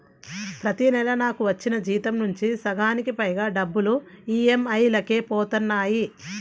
ప్రతి నెలా నాకు వచ్చిన జీతం నుంచి సగానికి పైగా డబ్బులు ఈ.ఎం.ఐ లకే పోతన్నాయి